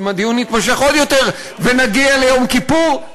אם הדיון יתמשך עוד יותר ונגיע ליום כיפור,